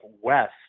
west